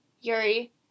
Yuri